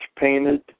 painted